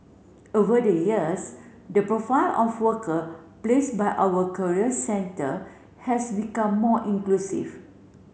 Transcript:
over the years the profile of worker placed by our career centre has become more inclusive